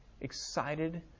excited